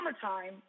summertime